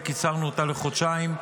וקיצרנו אותה לחודשיים.